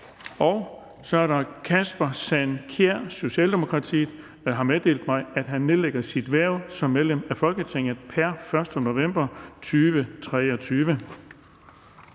Kasper Sand Kjær (S) har meddelt mig, at han nedlægger sit hverv som medlem af Folketinget pr. 1. november 2023.